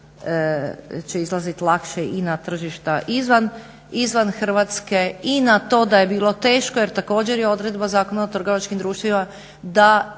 i na, će izlazit lakše i na tržišta izvan Hrvatske i na to da je bilo teško. Jer također i odredba Zakona o trgovačkim društvima da